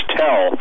tell